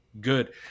good